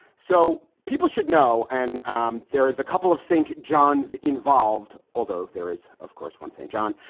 so people should know and um there is a couple of st. johns involved, although there is, of course, one st. john.